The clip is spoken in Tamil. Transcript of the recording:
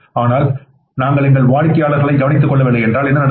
ஆனால் நாங்கள் எங்கள் வாடிக்கையாளர்களை கவனித்துக்கொள்ளவில்லை என்றால் என்ன நடக்கும்